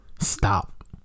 Stop